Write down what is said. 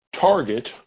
Target